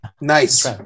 Nice